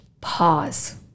pause